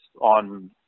on